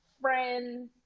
friends